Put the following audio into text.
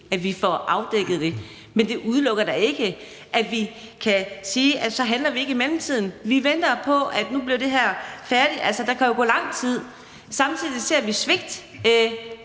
at vi får afdækket det, men det udelukker ikke, at vi kan handle i mellemtiden. Nu venter vi på, at det her bliver færdigt, men der kan jo gå lang tid. Samtidig ser vi et svigt